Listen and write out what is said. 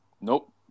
Nope